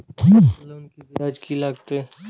Loan के ब्याज की लागते?